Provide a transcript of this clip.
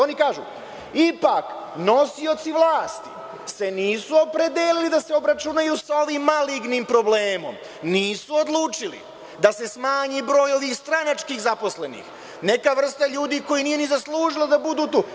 Oni kažu - ipak nosioci vlasti se nisu opredelili da se obračunaju sa ovim malignim problemom, nisu odlučili da se smanji broj ovih stranački zaposlenih, neka vrsta ljudi koja nije ni zaslužila da budu tu.